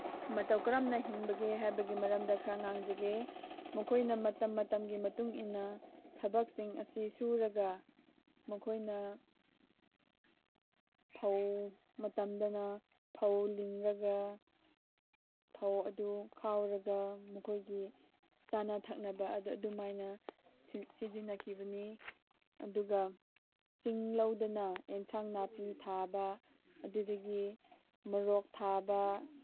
ꯃꯇꯧ ꯀꯔꯝꯅ ꯍꯤꯡꯕꯒꯦ ꯍꯥꯏꯕꯒꯤ ꯃꯔꯝꯗ ꯈꯔ ꯉꯥꯡꯖꯒꯦ ꯃꯈꯣꯏꯅ ꯃꯇꯝ ꯃꯇꯝꯒꯤ ꯃꯇꯨꯡ ꯏꯟꯅ ꯊꯕꯛꯁꯤꯡ ꯑꯁꯤ ꯁꯨꯔꯒ ꯃꯈꯣꯏꯅ ꯐꯧ ꯃꯇꯝꯗꯅ ꯐꯧ ꯂꯤꯡꯂꯒ ꯐꯧ ꯑꯗꯨ ꯈꯥꯎꯔꯒ ꯃꯈꯣꯏꯒꯤ ꯆꯥꯅ ꯊꯛꯅꯕ ꯑꯗꯨꯃꯥꯏꯅ ꯁꯤꯖꯤꯟꯅꯈꯤꯕꯅꯤ ꯑꯗꯨꯒ ꯆꯤꯡ ꯂꯧꯗꯅ ꯑꯦꯟꯁꯥꯡ ꯅꯥꯄꯤ ꯊꯥꯕ ꯑꯗꯨꯗꯒꯤ ꯃꯣꯔꯣꯛ ꯊꯥꯕ